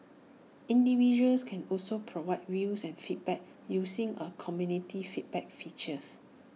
individuals can also provide views and feedback using A community feedback features